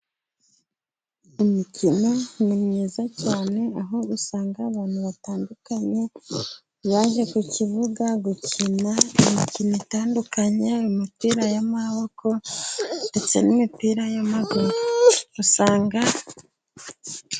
Imikino ni myiza cyane aho usanga abantu batandukanye, baje ku kibuga gukina imikino itandukanye, imipira y'amaboko ndetse n'imipira y'amaguru usanga.